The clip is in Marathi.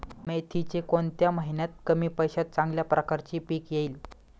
मेथीचे कोणत्या महिन्यात कमी पैशात चांगल्या प्रकारे पीक येईल?